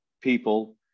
people